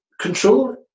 Control